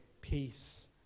peace